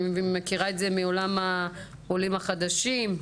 אני מכירה את זה מעולם העולים החדשים,